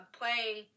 playing